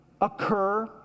occur